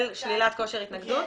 של שלילת כושר התנגדות?